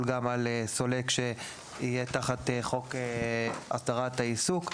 גם על סולק שיהיה תחת חוק הסדרת העיסוק.